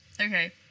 Okay